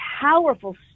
powerful